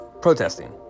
protesting